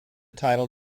title